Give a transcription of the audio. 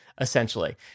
essentially